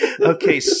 Okay